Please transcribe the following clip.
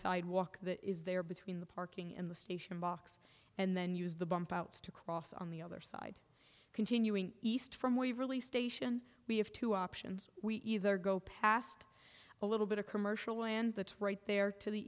sidewalk that is there between the parking and the station box and then use the bump outs to cross on the other side continuing east from waverly station we have two options we either go past a little bit of commercial land that's right there to the